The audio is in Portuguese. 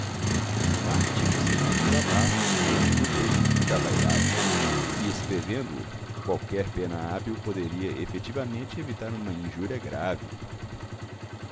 o artigo seria um desabafo menos do brio que da vaidade e escrevendo o qualquer pena hábil poderia efetivamente evitar uma injúria grave